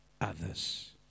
others